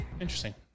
Interesting